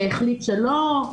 החליט שלא.